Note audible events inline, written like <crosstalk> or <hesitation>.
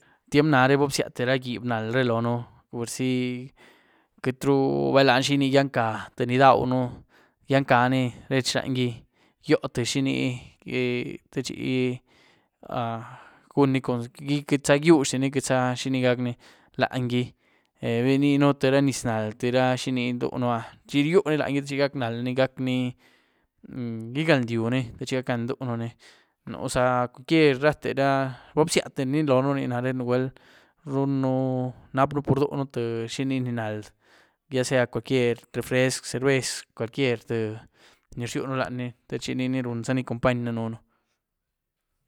Tyíem nare ba bziate ra gyíeb náhld re loën purzi queityru balhlahn xíni gyiánca, tïé ni idauën, gançani derech laígi, gyíó tïé xíni techi <hesitation> <unintelligible> a queityzá yuxdini, queityzá xinidi gac´ni laígi, bel inieën tïe nyis nald, tïé ra xini id´ën áh chi yuni laígi te chi gac´nald ni <hesitation> igaldiuni, te chi gac´gan id´ën ni, nuza cualquier rate ra, baziateni loóën nare, nugwuel runën, napën por rduën tïé xíni ni nald, ya sea cualquier refrescw, serves, cualquier tïé ni rziunu laíni te chini ni runzani company danën.